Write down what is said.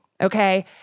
okay